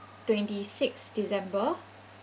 twenty six december